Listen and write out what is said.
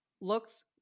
looks